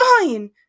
fine